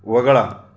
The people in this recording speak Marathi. वगळा